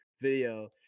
video